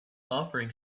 offering